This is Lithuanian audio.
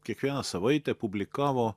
kiekvieną savaitę publikavo